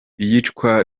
iyicwa